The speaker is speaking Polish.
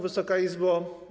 Wysoka Izbo!